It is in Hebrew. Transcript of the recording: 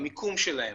המיקום שלהם,